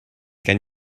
can